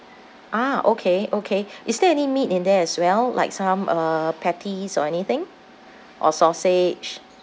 ah okay okay is there any meat in there as well like some uh patties or anything or sausage